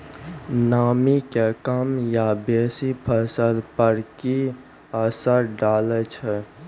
नामी के कम या बेसी फसल पर की असर डाले छै?